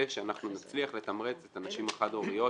שאנחנו נצליח לתמרץ את הנשים החד הוריות